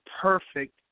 perfect